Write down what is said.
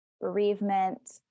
bereavement